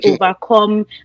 overcome